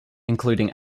including